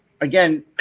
Again